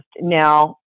Now